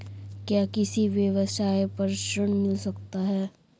क्या किसी व्यवसाय पर ऋण मिल सकता है?